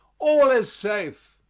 all is safe.